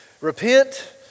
repent